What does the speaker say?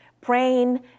praying